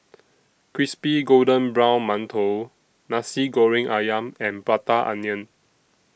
Crispy Golden Brown mantou Nasi Goreng Ayam and Prata Onion